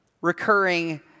recurring